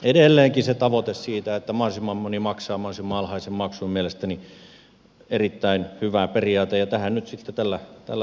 edelleenkin se tavoite että mahdollisimman moni maksaa mahdollisimman alhaisen maksun mielestäni on erittäin hyvä periaate ja tähän nyt tällä prosessilla päästiin